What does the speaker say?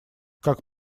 как